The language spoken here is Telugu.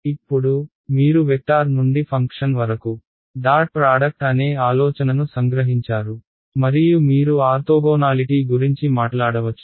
ఇప్పుడు మీరు వెక్టార్ నుండి ఫంక్షన్ వరకు డాట్ ప్రాడక్ట్ అనే ఆలోచనను సంగ్రహించారు మరియు మీరు ఆర్తోగోనాలిటీ గురించి మాట్లాడవచ్చు